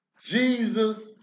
Jesus